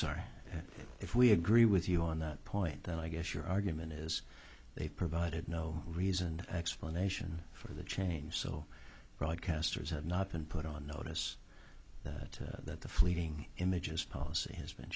sorry if we agree with you on that point then i guess your argument is they provided no reason explanation for the change so broadcasters have not been put on notice that the fleeting images policy has been